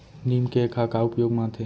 नीम cake ह का उपयोग मा आथे?